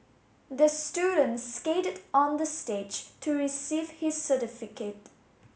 the student skated on the stage to receive his certificate